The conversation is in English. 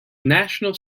national